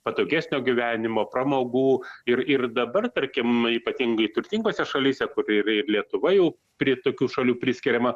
patogesnio gyvenimo pramogų ir ir dabar tarkim ypatingai turtingose šalyse kur ir ir lietuva jau prie tokių šalių priskiriama